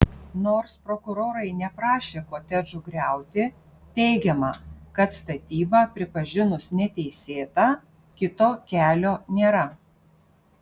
nors prokurorai neprašė kotedžų griauti teigiama kad statybą pripažinus neteisėta kito kelio nėra